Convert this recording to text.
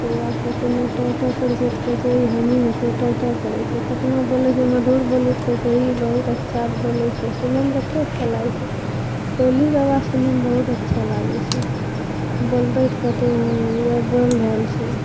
कौआ केतनो टाँइ टाँइ करै छै तऽ कहै छै ई हानी हेतौ टाँइ टाँइ करै छै कतना बोलै छै मधुर बोलै तऽ कहै छै ई बहुत अच्छा बोलै छै सुनैमे कत्ते अच्छा लागै छै कोयलीके आवाज सुनैमे बहुत अच्छा लागै छै बोलतै तऽ कहतै ई यए बोलि रहल छौ